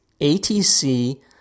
atc